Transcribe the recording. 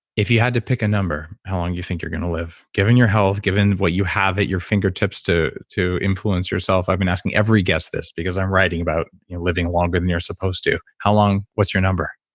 if you had to pick a number, how long you think you're going to live, given your health, given what you have at your fingertips to to influence yourself? i've been asking every guest this, because i'm writing about living longer than you're supposed to. how long? what's your number?